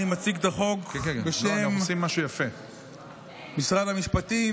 אני מציג את הצעת חוק בשם משרד המשפטים.